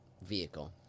vehicle